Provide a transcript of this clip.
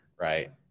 right